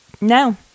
No